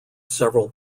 several